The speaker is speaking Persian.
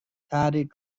تحریک